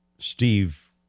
Steve